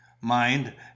mind